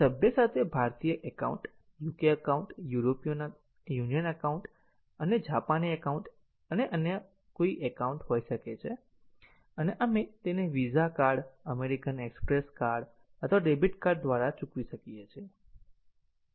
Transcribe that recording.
સભ્ય પાસે ભારતીય account UK account European Union account અથવા જાપાની એકાઉન્ટ અથવા અન્ય કોઈ એકાઉન્ટ હોઈ શકે છે અને આપણે તેને Visa card American Express card અથવા ડેબિટ કાર્ડ દ્વારા ચૂકવી શકીએ છીએ